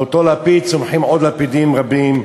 מאותו לפיד צומחים עוד לפידים רבים.